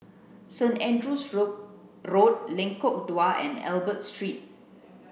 Saint Andrew's Road Lengkong Dua and Albert Street